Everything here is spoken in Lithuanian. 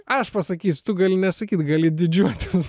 aš pasakysiu tu gali nesakyt gali didžiuotis